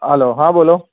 hello હા બોલો